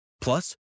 Plus